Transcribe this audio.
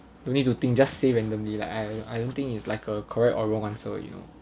don't need to think just say randomly like I I don't think it's like a correct or wrong answer you know